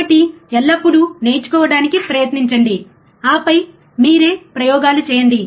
కాబట్టి ఎల్లప్పుడూ నేర్చుకోవడానికి ప్రయత్నించండి ఆపై మీరే ప్రయోగాలు చేయండి